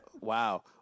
Wow